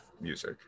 music